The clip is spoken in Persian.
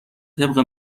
طبق